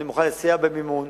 אני מוכן לסייע במימון,